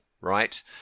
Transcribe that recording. right